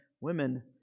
women